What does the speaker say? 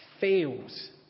fails